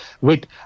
wait